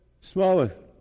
smallest